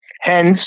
Hence